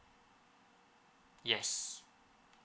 yes